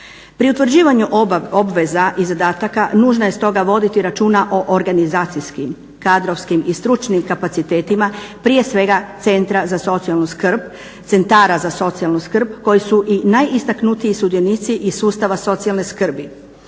Pri utvrđivanju obveza i zadataka nužno je stoga voditi računa o organizacijskim, kadrovskim i stručnim kapacitetima prije svega centara za socijalnu skrb koji su i najistaknutiji sudionici iz sustava socijalne skrbi.